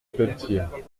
pelletier